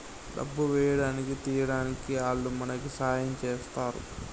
డబ్బు వేయడానికి తీయడానికి ఆల్లు మనకి సాయం చేస్తరు